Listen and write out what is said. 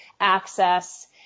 access